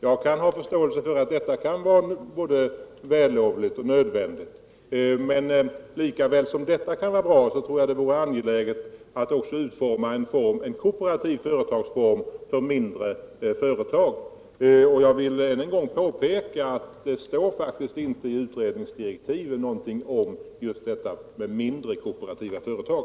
Jag kan ha förståelse för att detta kan vara både vällovligt och nödvändigt, men jag tror ändå att det vore angeläget att man också utformade en kooperativ företagsform för mindre företag. Jag vill än en gång påpeka att det i utredningsdirektiven faktiskt inte står någonting om detta med mindre kooperativa företag.